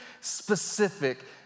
specific